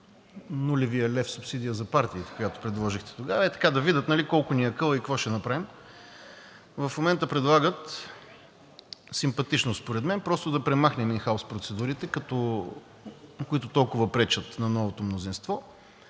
нулевия лев субсидия за партиите, която предложихте тогава, да видят колко ни е акълът и какво ще направим. В момента предлагат симпатично според мен просто да премахнем ин хаус процедурите, които толкова пречат на новото мнозинство.